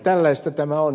tällaista tämä on